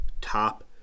top